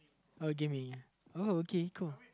oh okay cool